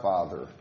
Father